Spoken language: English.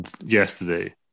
yesterday